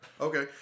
Okay